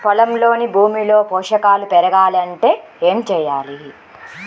పొలంలోని భూమిలో పోషకాలు పెరగాలి అంటే ఏం చేయాలి?